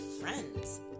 friends